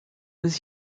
was